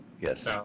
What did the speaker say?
Yes